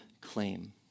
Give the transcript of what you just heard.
claim